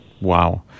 Wow